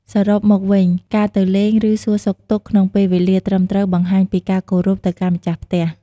សរុបមកវិញ ការទៅលេង ឬ សួរសុខទុក្ខក្នុងពេលវេលាត្រឹមត្រូវបង្ហាញពីការគោរពទៅកាន់ម្ចាស់ផ្ទះ។